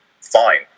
fine